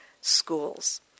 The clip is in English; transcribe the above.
schools